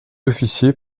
officier